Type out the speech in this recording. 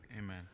Amen